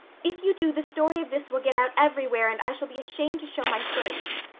if you do the story of this will get out everywhere and i shall be ashamed to show my face.